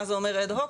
מה זה אומר אד-הוק,